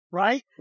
right